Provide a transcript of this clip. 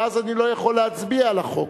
ואז אני לא יכול להצביע על החוק,